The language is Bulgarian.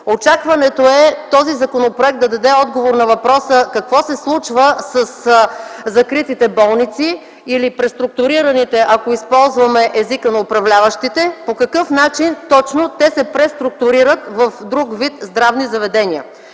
Очакването е този законопроект да даде отговор на въпроса какво се случва със закритите болници или преструктурираните – ако използваме езика на управляващите, по какъв начин се преструктурират в друг вид здравни заведения.